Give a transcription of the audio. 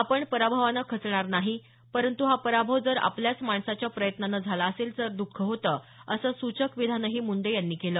आपण पराभवानं खचणार नाही परंतु हा पराभव जर आपल्याच माणसाच्या प्रयत्नानं झाला असेल तर दुःख होतं असं सूचक विधानही मुंडे यांनी यावेळी केलं